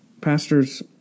Pastors